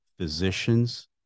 physicians